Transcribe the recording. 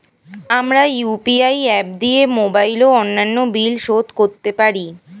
আমরা UPI app দিয়ে mobile ও অন্যান্য বিল শোধ করতে পারি